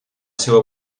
seua